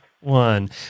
one